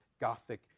gothic